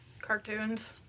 Cartoons